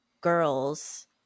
girls